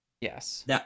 Yes